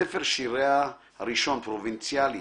ספר שיריה הראשון, "פרובנציאלית",